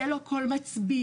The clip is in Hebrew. יהיה לו קול מצביע,